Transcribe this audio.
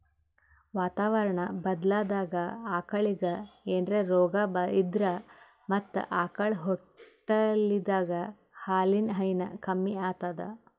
ವಾತಾವರಣಾ ಬದ್ಲಾದಾಗ್ ಆಕಳಿಗ್ ಏನ್ರೆ ರೋಗಾ ಇದ್ರ ಮತ್ತ್ ಆಕಳ್ ಹೊಟ್ಟಲಿದ್ದಾಗ ಹಾಲಿನ್ ಹೈನಾ ಕಮ್ಮಿ ಆತದ್